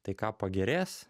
tai ką pagerės